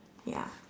ya